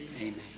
amen